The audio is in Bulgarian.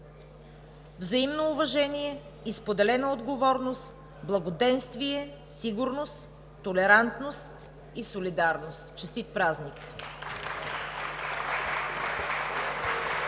взаимно уважение и споделена отговорност, благоденствие, сигурност, толерантност и солидарност. Честит празник!